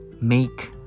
Make